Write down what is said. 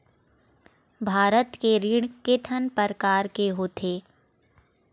भारत के ऋण के ठन प्रकार होथे?